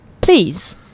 Please